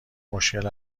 مشکل